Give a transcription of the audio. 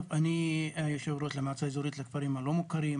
אני יו"ר למועצה האזורית לכפרים הלא מוכרים,